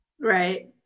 Right